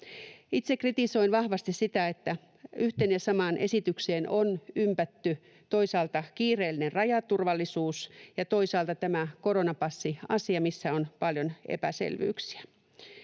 Itse kritisoin vahvasti sitä, että yhteen ja samaan esitykseen on ympätty toisaalta kiireellinen rajaturvallisuus ja toisaalta tämä koronapassiasia, missä on paljon epäselvyyksiä.